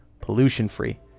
pollution-free